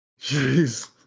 jeez